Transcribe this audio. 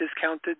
discounted